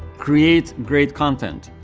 create great content.